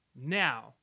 Now